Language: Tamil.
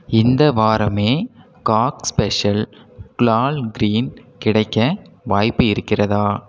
இந்த வாரமே காக் ஸ்பெஷல் குலால் கிரீன் கிடைக்க வாய்ப்பு இருக்கிறதா